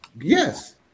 Yes